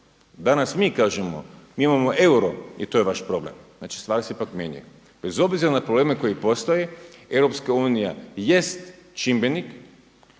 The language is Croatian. danas mi kažemo mi imamo euro i to je vaš problem. Znači stvari se ipak mijenjaju. Bez obzira na probleme koji postoje EU jest čimbenik,